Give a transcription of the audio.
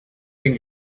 been